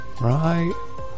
Right